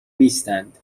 نیستند